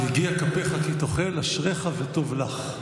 "יגיע כפיך כי תאכל אשריך וטוב לך".